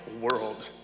world